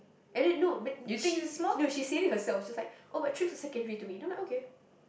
and then no but she no she said it herself she was like oh but trips are secondary to me then I'm like okay